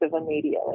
immediately